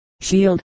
shield